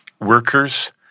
workers